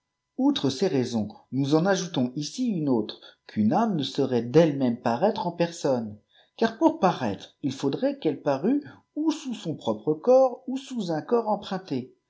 outre ces raisons nous en ajoutons ici une autre qu'une âme ne saurait d'elle-même paraître en personne car pour paraître il faudrait quelle parût ou sous son propre corps ou sous un corps emprunté